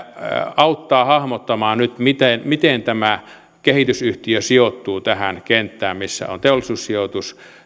auttaa hahmottamaan nyt miten miten tämä kehitysyhtiö sijoittuu tähän kenttään missä on teollisuussijoitus